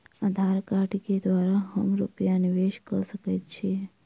आधार कार्ड केँ द्वारा हम रूपया निवेश कऽ सकैत छीयै?